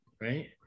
right